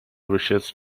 wishes